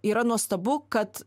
yra nuostabu kad